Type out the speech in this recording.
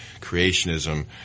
creationism